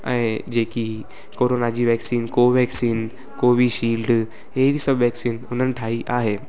ऐं जेकी कोरोना जी वैक्सीन कोवैक्सीन कोविशील्ड इहे सभु वैक्सीन उन्हनि ठाही आहे